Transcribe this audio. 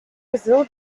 brazil